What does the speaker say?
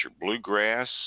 bluegrass